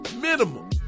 Minimum